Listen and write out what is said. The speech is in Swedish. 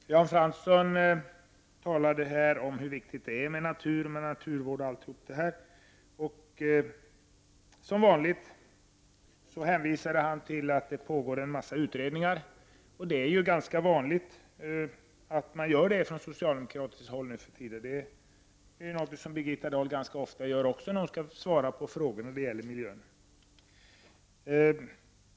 Fru talman! Jan Fransson talade här om hur viktigt det är med natur, naturvård osv. Som vanligt hänvisade han till att det pågår en massa utredningar, och det händer ju ganska ofta att man gör det från socialdemokratiskt håll nu för tiden. Det är någonting som också Birgitta Dahl gör ganska ofta när hon skall svara på frågor som gäller miljön.